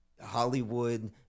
Hollywood